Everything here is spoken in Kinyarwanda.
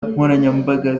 nkoranyambaga